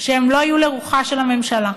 שלא יהיו לרוחה של הממשלה.